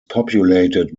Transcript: populated